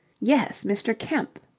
yes, mr. kemp.